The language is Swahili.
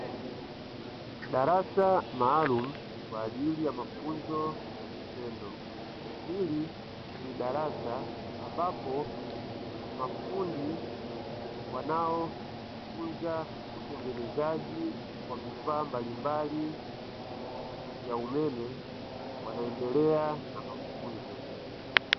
Darasa maalumu kwaajili ya mafunzo ya vitendo. Hili ni darasa ambapo wanafunzi wanaojifunza utengenezaji wa vifaa mbalimbali vya umeme wanaendelea na mafunzo.